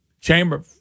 chamber